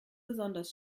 besonders